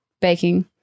baking